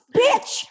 bitch